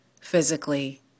physically